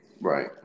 Right